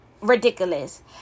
ridiculous